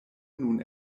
nun